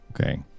Okay